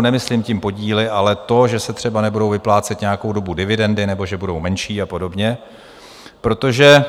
Nemyslím tím podíly, ale to, že se třeba nebudou vyplácet nějakou dobu dividendy nebo že budou menší a podobně, protože